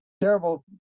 terrible